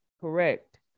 Correct